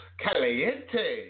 caliente